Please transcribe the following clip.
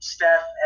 Steph